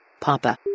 Papa